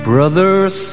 Brothers